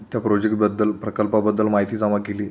त्या प्रोजेक्टबद्दल प्रकल्पाबद्दल माहिती जमा केली